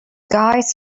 guys